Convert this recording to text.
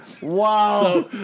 Wow